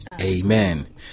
Amen